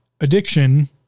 addiction